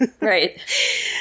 Right